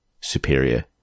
superior